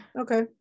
Okay